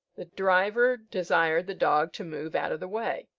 the driver desired the dog to move out of the way.